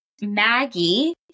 Maggie